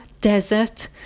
desert